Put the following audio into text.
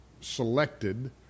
selected